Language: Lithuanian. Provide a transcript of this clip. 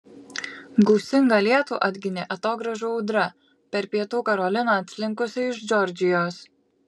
gūsingą lietų atginė atogrąžų audra per pietų karoliną atslinkusi iš džordžijos